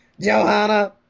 Johanna